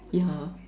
yeah